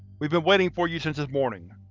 we've been waiting for you since this morning.